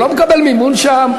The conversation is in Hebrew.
הוא לא מקבל מימון שם?